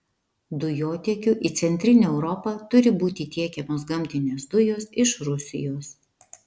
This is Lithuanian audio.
dujotiekiu į centrinę europą turi būti tiekiamos gamtinės dujos iš rusijos